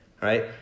right